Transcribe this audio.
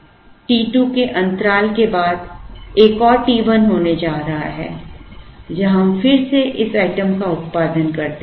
t 2 के अंतराल के बाद एक और t 1 होने जा रहा है जहां हम फिर से इस आइटम का उत्पादन करते हैं